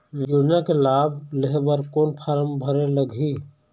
योजना के लाभ लेहे बर कोन फार्म भरे लगही?